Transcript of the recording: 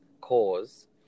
cause